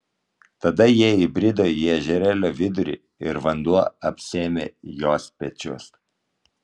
tada jie įbrido į ežerėlio vidurį ir vanduo apsėmė jos pečius